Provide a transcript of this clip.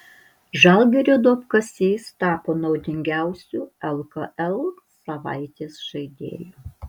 žalgirio duobkasys tapo naudingiausiu lkl savaitės žaidėju